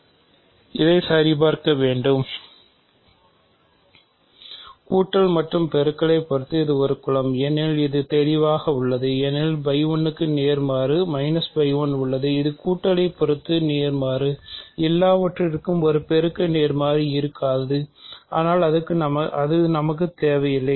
மேலும் நீங்கள் பரிமற்றுப்பண்பை சரிபார்க்க வேண்டும் கூட்டல் மற்றும் பெருக்கல் பொறுத்து இது ஒரு குலம் ஏனெனில் இது தெளிவாக உள்ளது ஏனெனில் க்கு நேர்மாறு உள்ளது இது கூட்டல் பொறுத்து நேர்மாறு இருக்காது ஆனால் அது நமக்கு தேவையில்லை